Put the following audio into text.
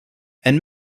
and